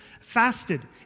fasted